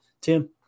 Tim